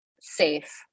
safe